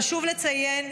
חשוב לציין,